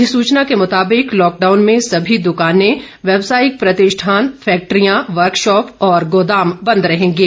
अधिसूचना के मुताबिक लॉकडाउन में सभी द्कानें व्यावसायिक प्रतिष्ठान फैक्ट्रियां वर्कशॉप और गोदाम बंद रहेंगे